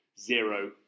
zero